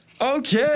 Okay